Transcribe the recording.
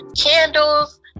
candles